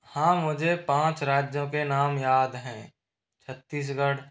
हाँ मुझे पाँच राज्यों के नाम याद हैं छत्तीसगढ़